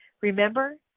remember